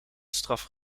straf